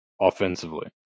offensively